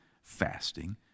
fasting